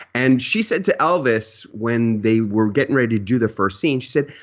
and she said to elvis when they were getting ready to do the first scene, she said,